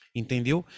entendeu